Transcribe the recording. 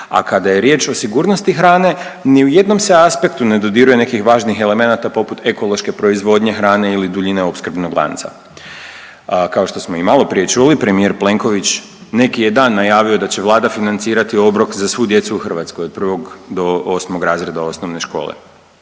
a kada je riječ o sigurnosti hrane, ni u jednom se aspektu ne dodiruje nekih važnih elemenata poput ekološke proizvodnje hrane ili duljine opskrbnog lanca. Kao što smo i maloprije čuli, premijer Plenković, neki je dan najavio da će Vlada financirati obrok za svu djecu u Hrvatskoj od 1. do 8. razreda osnovne škole,